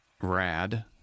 rad